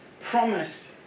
promised